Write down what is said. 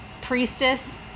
priestess